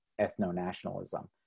ethno-nationalism